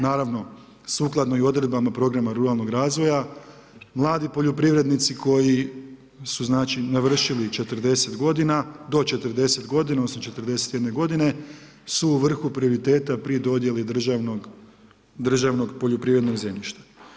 Naravno sukladno i odredbama programa ruralnog razvoja mladi poljoprivrednici su znači navršili 40 godina, do 40 godina osim 41 godine su u vrhu prioriteta pri dodjeli državnog poljoprivrednog zemljišta.